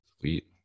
sweet